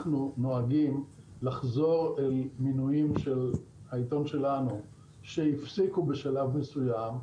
אנחנו נוהגים לחזור אל מנויים של העיתון שלנו שהפסיקו בשלב מסוים.